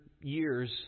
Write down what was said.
years